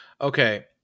okay